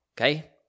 Okay